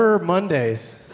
Mondays